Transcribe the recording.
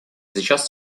сейчас